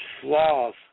flaws